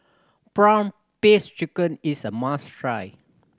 prawn paste chicken is a must try